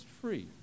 free